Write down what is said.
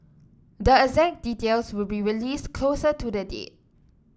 the exact details will be released closer to the date